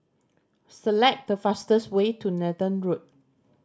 select the fastest way to Nathan Road